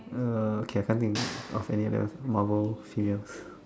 uh okay I can't think of any other Marvel female